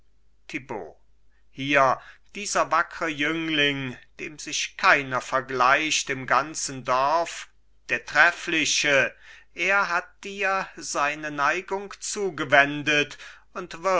hier dieser wackre jüngling dem sich keiner vergleicht im ganzen dorf der treffliche er hat dir seine neigung zugewendet und